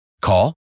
Call